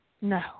no